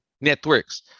networks